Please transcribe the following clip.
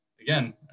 Again